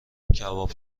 کباب